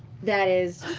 that is,